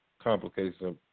complications